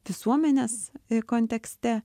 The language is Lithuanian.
visuomenės kontekste